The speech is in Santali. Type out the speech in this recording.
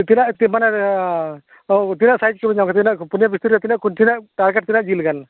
ᱛᱤᱱᱟᱹᱜ ᱴᱤ ᱢᱟᱱᱮ ᱛᱤᱱᱟᱹᱜ ᱥᱟᱹᱭᱤᱡᱽ ᱠᱚ ᱦᱩᱭᱱᱟ ᱛᱤᱱᱟᱹᱜ ᱯᱩᱡᱟᱹ ᱵᱷᱤᱛᱨᱤ ᱨᱮ ᱛᱤᱱᱟᱹᱜ ᱛᱤᱱᱟᱹᱜ ᱡᱤᱞ ᱜᱟᱱ